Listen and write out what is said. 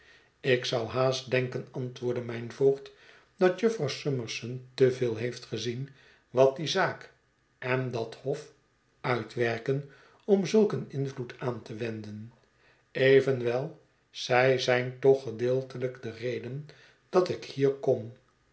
ik zou haast denken antwoordde mijn voogd dat jufvrouw summerson te veel heeft gezien wat die zaak en dat hof uitwerken om zulk een invloed aan te wenden evenwel zij zijn toch gedeeltelijk de reden dat ik hier kom